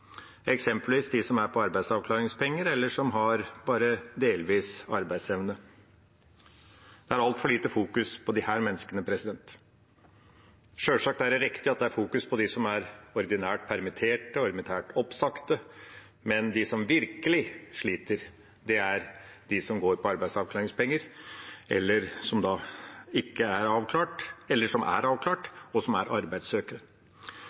eksempelvis de som er på arbeidsavklaringspenger, eller som har bare delvis arbeidsevne. Det fokuseres altfor lite på disse menneskene. Sjølsagt er det riktig at det fokuseres på dem som er ordinært permittert og ordinært oppsagt, men de som virkelig sliter, er de som går på arbeidsavklaringspenger, eller de som er avklart, og som er arbeidssøkere.